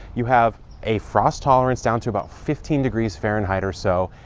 you have a frost tolerance down to about fifteen degrees fahrenheit or so,